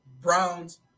Browns